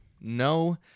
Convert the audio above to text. No